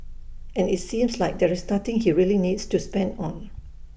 and IT seems like there's nothing he really needs to spend on